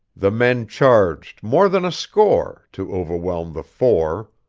the men charged, more than a score, to overwhelm the four.